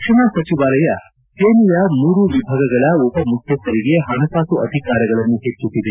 ರಕ್ಷಣಾ ಸಚಿವಾಲಯ ಸೇನೆಯ ಮೂರು ವಿಭಾಗಗಳ ಉಪ ಮುಖ್ಯಸ್ವರಿಗೆ ಹಣಕಾಸು ಅಧಿಕಾರಗಳನ್ನು ಹೆಚ್ಚಿಸಿದೆ